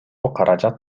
каражат